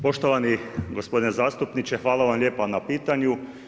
Poštovani gospodine zastupniče, hvala vam lijepa na pitanju.